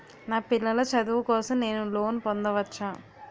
నా పిల్లల చదువు కోసం నేను లోన్ పొందవచ్చా?